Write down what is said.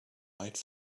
might